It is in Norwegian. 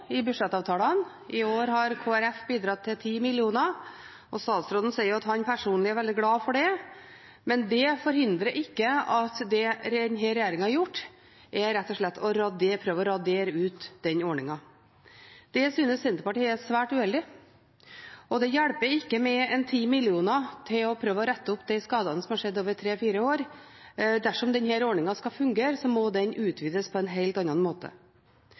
i budsjettavtalene. I år har Kristelig Folkeparti bidratt med 10 mill. kr. Statsråden sier at han personlig er glad for det, men det forhindrer ikke at det denne regjeringen har gjort, rett og slett er å prøve å radere ut den ordningen. Det synes Senterpartiet er svært uheldig, og det hjelper ikke med 10 mill. kr når det gjelder å rette opp de skadene som har skjedd over tre–fire år. Dersom denne ordningen skal fungere, må den utvides på en helt annen måte.